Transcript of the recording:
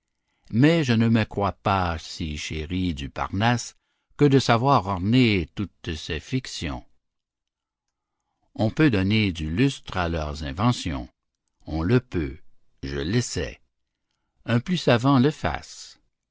mais je ne me crois pas si chéri du parnasse que de savoir orner toutes ces fictions on peut donner du lustre à leurs inventions on le peut je l'essaie un plus savant le fasse